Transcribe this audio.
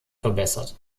verbessert